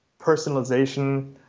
personalization